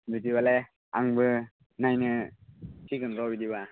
बिदिब्लालाय आंबो नायनांसिगोन र' बिदिब्ला